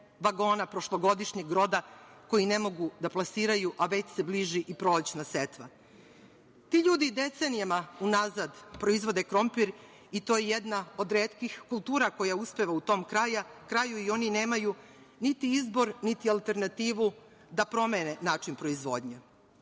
vagona prošlogodišnjeg roda koji ne mogu da plasiraju, a već se bliži i prolećna setva. Ti ljudi decenijama unazad proizvode krompir i to je jedna od retkih kultura koja uspeva u tom kraju i oni nemaju niti izbor niti alternativu da promene način proizvodnje.